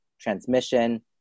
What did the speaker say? transmission